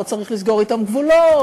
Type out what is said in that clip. לא צריך לסגור אותם גבולות: